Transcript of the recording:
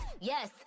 yes